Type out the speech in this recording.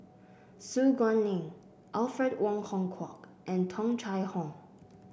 Su Guaning Alfred Wong Hong Kwok and Tung Chye Hong